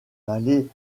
vallée